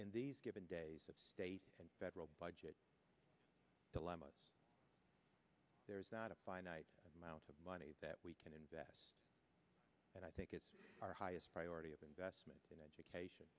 in these given days of state and federal budget dilemma there is not a finite amount of money that we can invest and i think it's our highest priority of investment in education